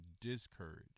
discourage